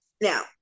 now